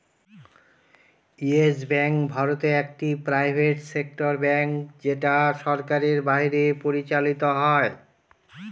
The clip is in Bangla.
ইয়েস ব্যাঙ্ক ভারতে একটি প্রাইভেট সেক্টর ব্যাঙ্ক যেটা সরকারের বাইরে পরিচালত হয়